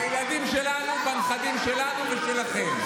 בילדים שלנו, בנכדים שלנו ושלכם.